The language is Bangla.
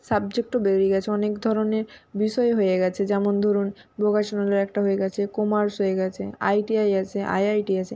সাবজেক্টও বেরিয়ে গেছে অনেক ধরনের বিষয় হয়ে গেছে যেমন ধরুন ভোকাশোনালের একটা হয়ে গেছে কমার্স হয়ে গেছে আইটিআই আছে আইআইটি আছে